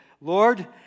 Lord